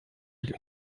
ich